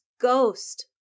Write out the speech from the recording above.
ghost